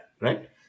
right